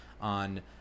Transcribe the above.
on